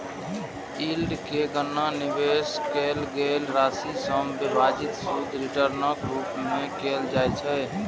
yield के गणना निवेश कैल गेल राशि सं विभाजित शुद्ध रिटर्नक रूप मे कैल जाइ छै